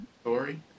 story